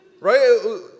Right